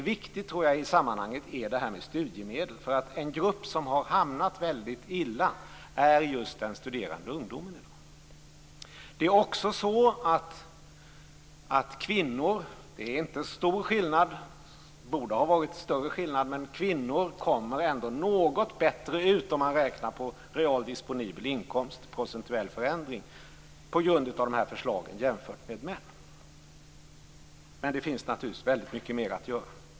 I sammanhanget är frågan om studiemedel viktigt. En grupp som har hamnat illa är just den studerande ungdomen. Kvinnor kommer något bättre ut jämfört med män tack vare dessa förslag - det är inte så stor skillnad, och borde nog ha varit större - räknat på real disponibel inkomst och procentuell förändring. Det finns naturligtvis mer att göra.